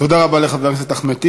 תודה רבה לחבר הכנסת אחמד טיבי.